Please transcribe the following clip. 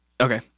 okay